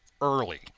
early